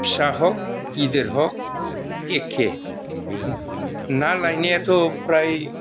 फिसा ह'ग गिदिर ह'ग एक्के ना लायनायाथ' फ्राय